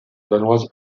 danoise